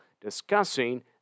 discussing